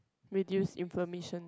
reduce inflammation